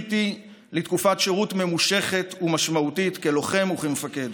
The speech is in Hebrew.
וזכיתי לתקופת שירות ממושכת ומשמעותית כלוחם וכמפקד.